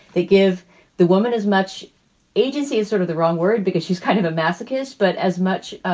they give the woman as much agency as sort of the wrong word because she's kind of a masochist. but as much, ah